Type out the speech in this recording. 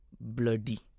Bloody